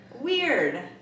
Weird